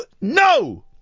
No